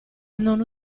non